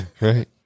Right